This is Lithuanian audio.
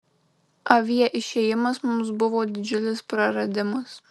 avie išėjimas mums buvo didžiulis praradimas